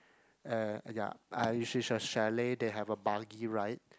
and uh ya which is a chalet they have a buggy ride